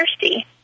thirsty